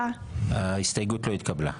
ההסתייגות לא התקבלה.